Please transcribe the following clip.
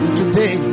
today